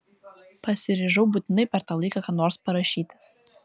pasiryžau būtinai per tą laiką ką nors parašyti